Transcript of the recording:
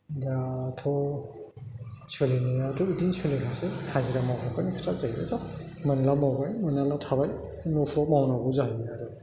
दाथ' सोलिनायाथ' बिदिनो सोलिखासै हाजिरा मावग्राफोरनि खोथा जाहैबायदा मोनब्ला मोनबाय मोनाब्ला थाबाय न'फ्राव मावनांगौ जाहैयो आरो